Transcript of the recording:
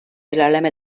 ilerleme